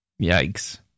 Yikes